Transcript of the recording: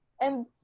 and-